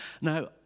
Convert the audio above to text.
now